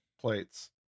plates